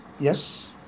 Yes